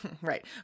right